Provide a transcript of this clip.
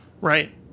Right